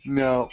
no